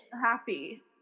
Happy